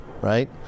Right